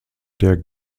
der